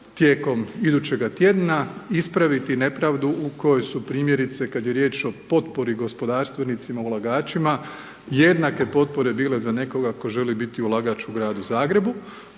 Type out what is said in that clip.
tijekom idućega tjedna, ispraviti nepravdu u kojoj su primjerice kada je riječ o potpori gospodarstvenicima, ulagačima, jednake potpore bile za nekoga tko želi biti ulagač u Gradu Zagrebu,